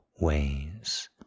ways